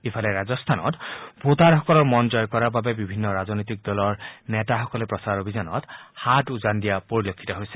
ইফালে ৰাজস্থানত ভোটাৰসকলৰ মন জয় কৰাৰ বাবে বিভিন্ন ৰাজনৈতিক দলৰ শীৰ্ষ নেতাসকলে প্ৰচাৰ অভিযানত হাত উজান দিয়া পৰিলক্ষিত হৈছে